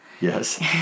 Yes